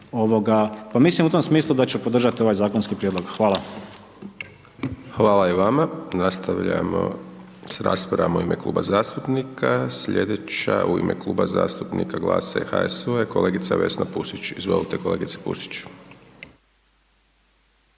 pa mislim u tom smislu da ću podržati ovaj zakonski prijedlog. Hvala. **Hajdaš Dončić, Siniša (SDP)** Hvala i vama, nastavljamo s raspravom u ime kluba zastupnika, slijedeća u ime Kluba zastupnika GLAS-a i HSU-a je kolegica Vesna Pusić. Izvolte kolegice Pusić.